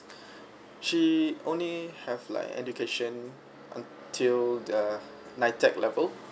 she only have like education until the NITEC level